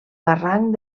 barranc